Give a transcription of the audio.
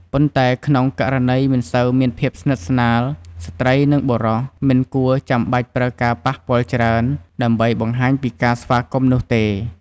ប៉ុន្តែ ក្នុងករណីមិនសូវមានភាពស្និទ្ធស្នាល ស្ត្រី និង បុរស មិនគួរចាំបាច់ប្រើការប៉ះពាល់ច្រើន ដើម្បីបង្ហាញពីការស្វាគមន៍នោះទេ។